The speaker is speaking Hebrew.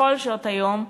בכל שעות היום,